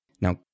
Now